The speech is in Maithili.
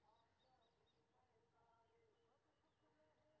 हम सोना के बंधन के लियै आवेदन केना करब?